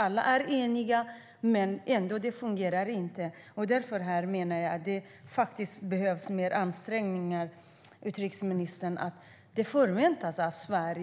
Alla är eniga, men det fungerar ändå inte. Därför menar jag att det faktiskt behövs mer ansträngningar här, utrikesministern.